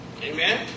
Amen